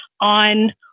on